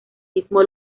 mismo